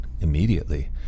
immediately